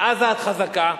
"עזה, את חזקה",